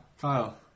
Kyle